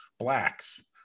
Blacks